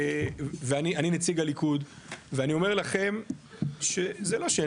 ואני נציג הליכוד ואני אומר לכם שזה לא שאין